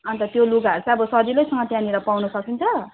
अन्त त्यो लुगाहरू चाहिँ अब सजिलैसँग त्यहाँनिर पाउनु सकिन्छ